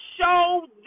show